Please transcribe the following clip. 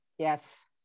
Yes